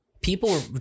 people